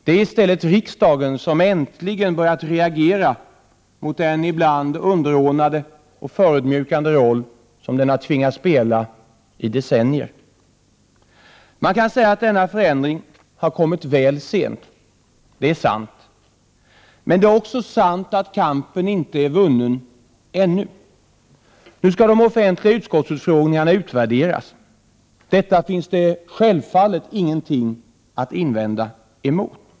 Det är i stället riksdagen som äntligen börjat reagera mot den ibland underordnade och förödmjukande roll som den tvingats spela under decennier. Man kan säga att denna förändring har kommit väl sent. Det är sant. Men det är också sant att kampen inte är vunnen — ännu. Nu skall de offentliga utskottsutfrågningarna utvärderas. Detta finns det självfallet inget att invända emot.